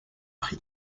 prix